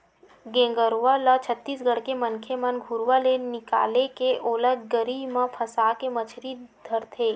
गेंगरूआ ल छत्तीसगढ़ के मनखे मन घुरुवा ले निकाले के ओला गरी म फंसाके मछरी धरथे